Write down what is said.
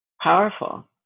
powerful